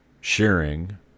sharing